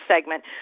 segment